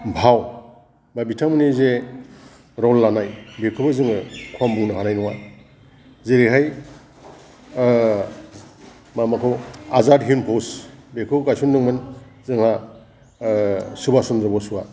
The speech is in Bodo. भाव बा बिथांमोननि जे र'ल लानाय बेखौबो जोङो खम बुंनो हानाय नङा जेरैहाय माबाखौ आजाद हीन्द फौज बेखौ गायसनदोंमोन जोंहा सुबास चन्द्र बसआ